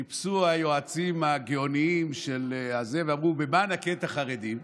חיפשו היועצים הגאוניים ואמרו: במה נכה את החרדים?